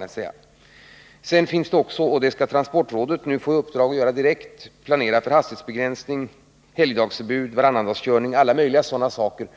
Dessutom får transportrådet i uppdrag att planera för hastighetsbegränsning, helgdagsförbud, varannandagskörning och alla möjliga sådana saker.